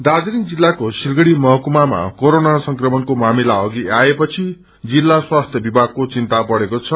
दार्जीलिङ जिल्लाको सिलगड़ी महकुमामा क्रोरोना संक्रमणको मामिला अघि आएपछि जिल्ला स्वास्थ्य विभागको विन्ता बढ़ेक्रो छ